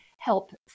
help